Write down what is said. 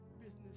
business